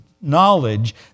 knowledge